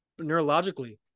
neurologically